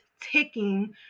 ticking